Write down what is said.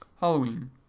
Halloween